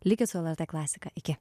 likit su lrt klasika iki